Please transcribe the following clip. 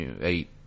Eight